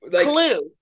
clue